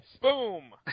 Boom